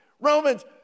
Romans